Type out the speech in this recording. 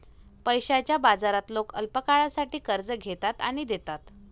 पैशाच्या बाजारात लोक अल्पकाळासाठी कर्ज घेतात आणि देतात